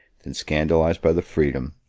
than scandalized by the freedom,